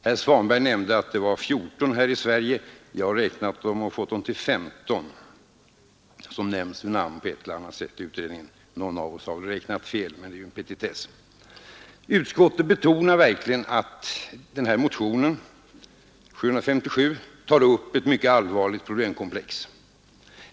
Herr Svanberg nämnde att det i Sverige finns 14 utredningar; jag har också räknat dem och fått dem till 15. Någon av oss har väl räknat fel, men det är en petitess. Utskottet betonar verkligen att motionen 757 tar upp ett mycket allvarligt problemkomplex.